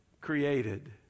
created